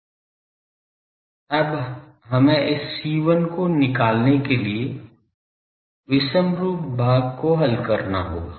अब हमें इस C1 को निकालने के लिए विषमरूप भाग को हल करना होगा